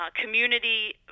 community